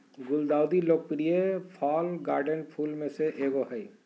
गुलदाउदी लोकप्रिय fall garden फूल में से एगो हइ